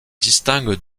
distingue